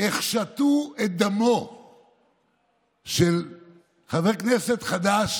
איך שתו את דמו של חבר כנסת חדש